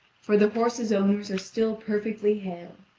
for the horses' owners are still perfectly hale.